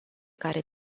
care